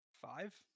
Five